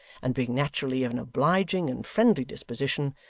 and, being naturally of an obliging and friendly disposition,